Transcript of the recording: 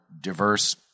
diverse